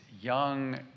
young